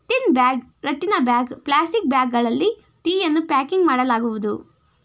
tin bag, ರಟ್ಟಿನ bag, plastic ಬ್ಯಾಗ್ಗಳಲ್ಲಿ ಟೀಯನ್ನು ಪ್ಯಾಕಿಂಗ್ ಮಾಡಲಾಗುವುದು